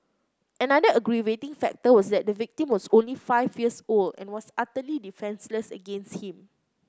another aggravating factor was that the victim was only five years old and was utterly defenceless against him